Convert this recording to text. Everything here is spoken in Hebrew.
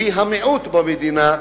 שהיא המיעוט במדינה,